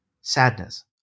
sadness